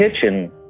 Kitchen